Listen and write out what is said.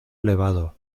elevado